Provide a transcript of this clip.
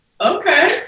Okay